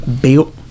built